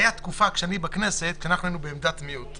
היתה תקופה בכנסת שאנחנו היינו בעמדת מיעוט.